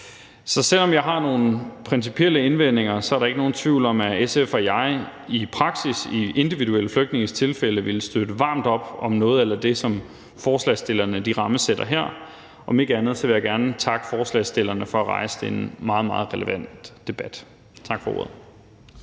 Så selv om jeg har nogle principielle indvendinger, er der ikke nogen tvivl om, at SF og jeg i praksis i individuelle flygtninges tilfælde ville støtte varmt op om noget a la det, som forslagsstillerne rammesætter her. Om ikke andet vil jeg gerne takke forslagsstillerne for at rejse en meget, meget relevant debat. Tak for ordet.